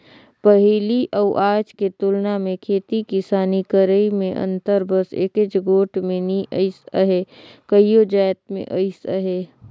पहिली अउ आज के तुलना मे खेती किसानी करई में अंतर बस एकेच गोट में नी अइस अहे कइयो जाएत में अइस अहे